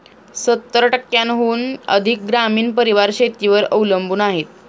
सत्तर टक्क्यांहून अधिक ग्रामीण परिवार शेतीवर अवलंबून आहेत